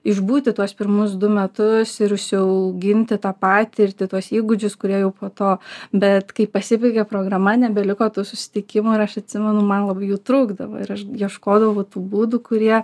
išbūti tuos pirmus du metus ir užsiauginti tą patirtį tuos įgūdžius kurie jau po to bet kai pasibaigė programa nebeliko tų susitikimų ir aš atsimenu man labai jų trūkdavo ir aš ieškodavau tų būdų kurie